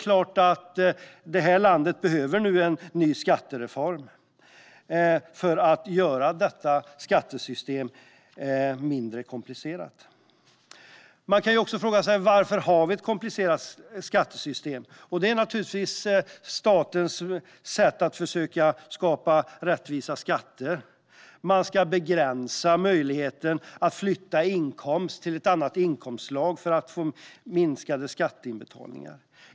Vårt land behöver nu en ny skattereform för att göra skattesystemet mindre komplicerat. Man kan också fråga sig varför vi har ett komplicerat skattesystem. Det är naturligtvis statens sätt att försöka skapa rättvisa skatter och begränsa möjligheten att flytta en inkomst till ett annat inkomstslag för att få minskad skatt.